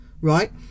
right